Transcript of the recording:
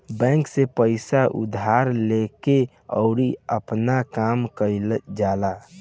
bank से पइसा उधार लेके अउरी आपन काम कईल जाला